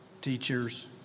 teachers